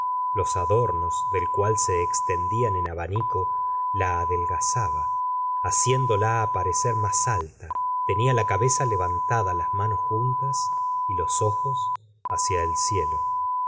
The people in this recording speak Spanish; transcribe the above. los adornos del cual se extendían en abanico la adelgazaba haciéndola aparecer más alta tenia la cabeza levantada las manos juntas y los ojos hacia el cielo